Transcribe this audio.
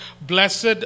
Blessed